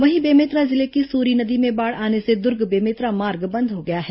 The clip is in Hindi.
वहीं बेमेतरा जिले की सूरी नदी में बाढ़ आने से दुर्ग बेमेतरा मार्ग बंद हो गया है